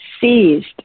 seized